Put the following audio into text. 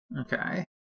Okay